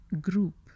group